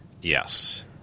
Yes